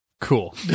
Cool